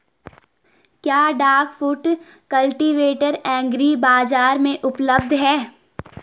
क्या duck foot cultivator agri बाज़ार में उपलब्ध है?